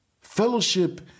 Fellowship